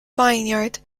vineyard